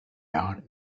aunt